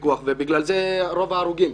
פיקוח וכתוצאה מכך רוב ההרוגים.